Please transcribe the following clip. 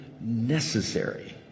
necessary